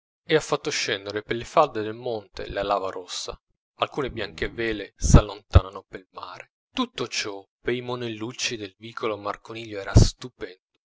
e ha fatto scendere per le falde del monte la lava rossa alcune bianche vele s'allontanano pel mare tutto ciò pei monellucci del vico marconiglio era stupendo